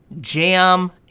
jam